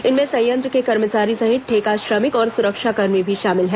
इनमें संयंत्र के कर्मचारी सहित ठेका श्रमिक और सुरक्षाकर्मी भी शामिल हैं